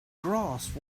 grasp